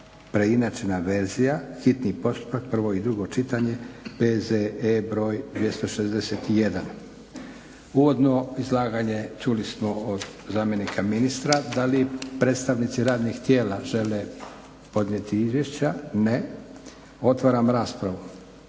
(preinačena verzija), hitni postupak prvo i drugo čitanje PZE br. 261. Uvodno izlaganje čuli smo od zamjenika ministra. Da li predstavnici radnih tijela žele podnijeti izvješća. Ne. Otvaram raspravu.